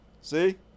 See